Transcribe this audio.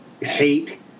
hate